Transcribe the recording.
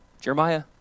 Jeremiah